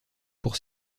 pour